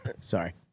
Sorry